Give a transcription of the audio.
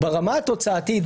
ברמה התוצאתית,